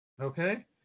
Okay